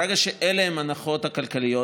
ברגע שאלה הן ההנחות הכלכליות,